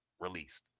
released